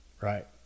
right